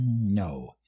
No